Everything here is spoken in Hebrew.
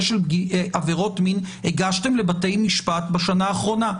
של עבירות מין הגשתם לבתי משפט בשנה האחרונה?